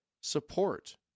support